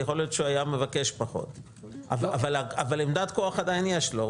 יכול להיות שהוא היה מבקש פחות אבל עמדת כוח עדיין יש לו,